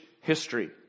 history